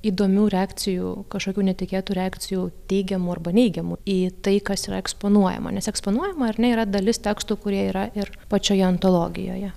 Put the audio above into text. įdomių reakcijų kažkokių netikėtų reakcijų teigiamų arba neigiamų į tai kas yra eksponuojama nes eksponuojama ar nėra dalis tekstų kurie yra ir pačioje antologijoje